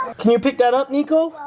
can you pick that up, niko?